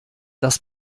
das